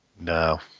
No